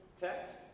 text